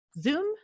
Zoom